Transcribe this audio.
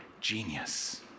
genius